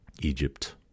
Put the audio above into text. Egypt